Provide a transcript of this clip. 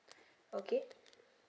okay